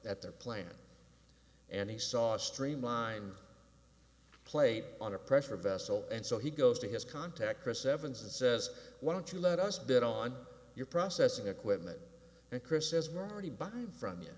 work at their plant and he saw a streamlined plate on a pressure vessel and so he goes to his contact chris evans and says why don't you let us bid on your processing equipment and chris says we're already buying from you